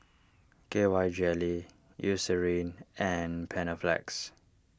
K Y Jelly Eucerin and Panaflex